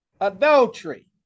adultery